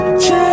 change